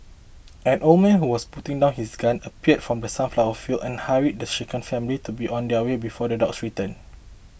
an old man who was putting down his gun appeared from the sunflower fields and hurried the shaken family to be on their way before the dogs return